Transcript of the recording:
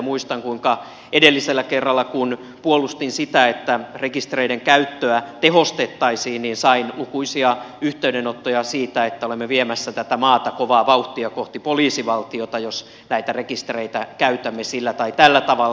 muistan kuinka edellisellä kerralla kun puolustin sitä että rekistereiden käyttöä tehostettaisiin sain lukuisia yhteydenottoja siitä että olemme viemässä tätä maata kovaa vauhtia kohti poliisivaltiota jos näitä rekistereitä käytämme sillä tai tällä tavalla